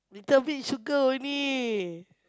little bit sugar only